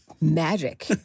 magic